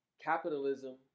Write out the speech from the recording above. Capitalism